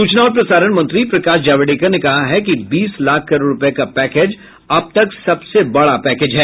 सूचना और प्रसारण मंत्री प्रकाश जावडेकर ने कहा है कि बीस लाख करोड़ रूपये का पैकेज अब तक सबसे बड़ा पैकेज है